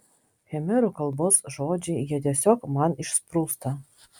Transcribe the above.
khmerų kalbos žodžiai jie tiesiog man išsprūsta